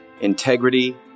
integrity